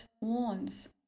warns